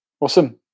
Awesome